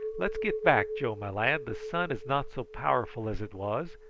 let's get back, joe, my lad, the sun is not so powerful as it was,